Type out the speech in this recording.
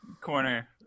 corner